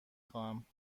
خواهم